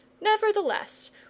Nevertheless